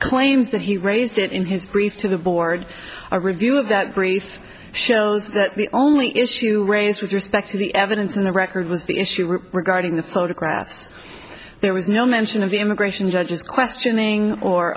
that he raised it in his brief to the board a review of that brief shows that the only issue raised with respect to the evidence in the record was the issue regarding the photographs there was no mention of the immigration judges questioning or